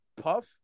Puff